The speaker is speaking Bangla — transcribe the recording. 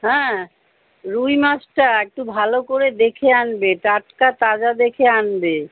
হ্যাঁ রুই মাছটা একটু ভালো করে দেখে আনবে টাটকা তাজা দেখে আনবে